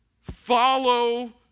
Follow